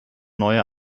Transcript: neue